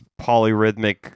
polyrhythmic